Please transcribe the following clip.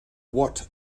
what